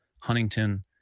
Huntington